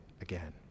again